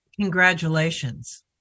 congratulations